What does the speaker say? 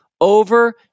over